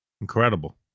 incredible